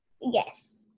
Yes